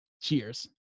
cheers